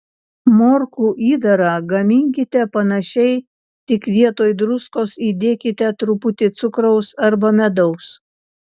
morkų įdarą gaminkite panašiai tik vietoj druskos įdėkite truputį cukraus arba medaus